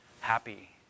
happy